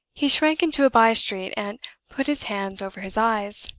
he shrank into a by-street, and put his hand over his eyes.